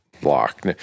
block